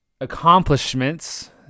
accomplishments